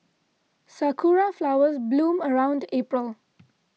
sakura flowers bloom around April